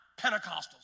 Pentecostals